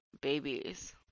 babies